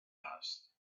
asked